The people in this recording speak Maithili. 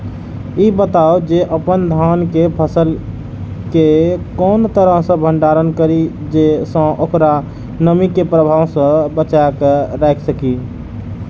ई बताऊ जे अपन धान के फसल केय कोन तरह सं भंडारण करि जेय सं ओकरा नमी के प्रभाव सं बचा कय राखि सकी?